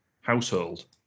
household